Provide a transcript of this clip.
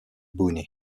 boone